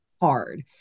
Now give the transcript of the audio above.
hard